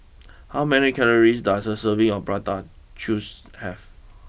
how many calories does a serving of Prata choose have